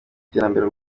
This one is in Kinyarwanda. by’iterambere